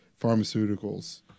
pharmaceuticals